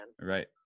right